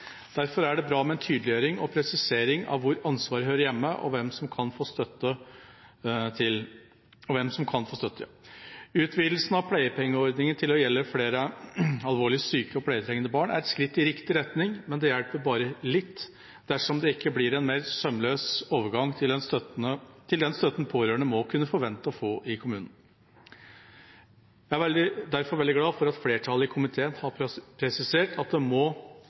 Derfor er det bra med en tydeliggjøring og presisering av hvor ansvaret hører hjemme, og hvem som kan få støtte. Utvidelsen av pleiepengeordningen til å gjelde flere alvorlig syke og pleietrengende barn er et skritt i riktig retning, men det hjelper bare litt dersom det ikke blir en mer sømløs overgang til den støtten pårørende må kunne forvente å få i kommunen. Jeg er derfor veldig glad for at flertallet i komiteen har presisert at det må